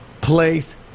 place